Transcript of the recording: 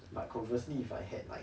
but conversely if I had like